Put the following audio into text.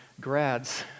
grads